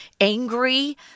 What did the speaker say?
angry